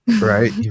right